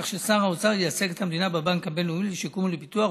כך ששר האוצר ייצג את המדינה בבנק הבין-לאומי לשיקום ולפיתוח,